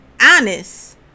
honest